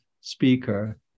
speaker